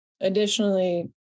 Additionally